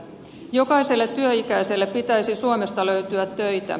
jokaiselle työikäiselle pitäisi suomesta löytyä töitä